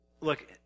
Look